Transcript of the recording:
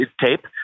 tape